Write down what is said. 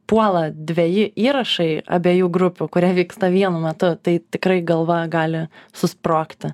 puola dveji įrašai abiejų grupių kurie vyksta vienu metu tai tikrai galva gali susprogti